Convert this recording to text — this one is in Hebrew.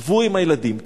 שבו עם הילדים,